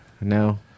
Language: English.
No